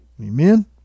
Amen